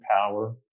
power